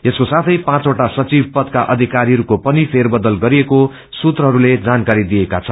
यसको साथै पोँचवटा सचिव पदका अधिक्परीहरूको पनि फेरबदल गरिएको सूत्रहरूले जानकारी दिएका छन्